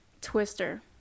Twister